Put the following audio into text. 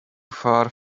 far